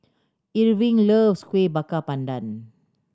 Irving loves Kuih Bakar Pandan